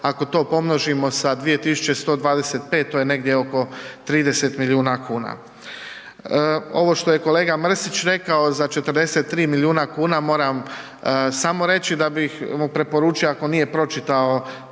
ako to pomnožimo sa 2125, to je negdje oko 30 milijuna kuna. Ovo što je kolega Mrsić rekao za 43 milijuna kuna, moram samo reći da bih mu preporučio ako nije pročitao